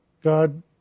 God